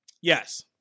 Yes